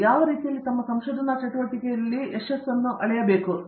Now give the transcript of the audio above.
ಅವರು ಯಾವ ರೀತಿಗಳಲ್ಲಿ ತಮ್ಮ ಸಂಶೋಧನಾ ಚಟುವಟಿಕೆಯಲ್ಲಿ ಯಾವ ರೀತಿಯಲ್ಲಿ ಯಶಸ್ಸನ್ನು ಅಳೆಯಬೇಕು